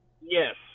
Yes